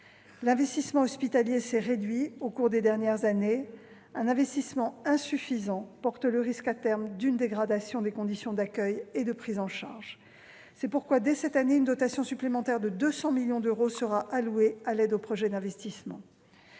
L'investissement hospitalier s'est réduit au cours des dernières années. Un investissement insuffisant fait courir le risque d'une dégradation à terme des conditions d'accueil et de prise en charge. C'est pourquoi une dotation supplémentaire de 200 millions d'euros sera allouée dès cette année à l'aide aux projets d'investissement.